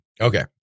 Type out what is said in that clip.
Okay